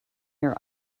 your